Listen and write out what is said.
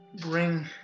bring